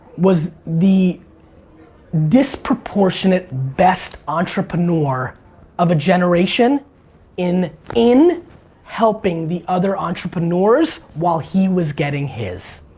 was the disproportionate best entrepreneur of a generation in, in helping the other entrepreneurs, while he was getting his.